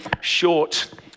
short